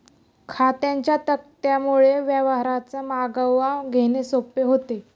खात्यांच्या तक्त्यांमुळे व्यवहारांचा मागोवा घेणे सोपे होते